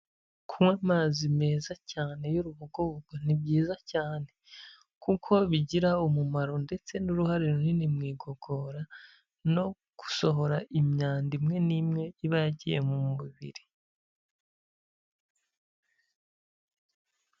Kunywa amazi meza cyane y'urubugogo ni byiza cyane. Kuko bigira umumaro ndetse n'uruhare runini mu igogora, no gusohora imyanda imwe n'imwe, iba yagiye mu mubiri.